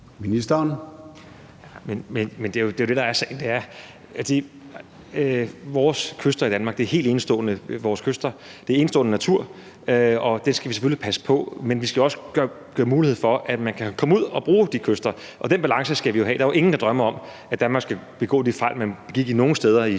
Heunicke): Det er jo det, der er sagen. Vores kyster i Danmark er helt enestående. Det er enestående natur, og det skal vi selvfølgelig passe på. Men vi skal også give mulighed for, at man kan komme ud og bruge de kyster. Den balance skal vi jo have. Der er jo ingen, der drømmer om, at Danmark skal begå de fejl, man begik nogle steder i